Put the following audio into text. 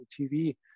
TV